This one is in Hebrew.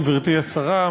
גברתי השרה,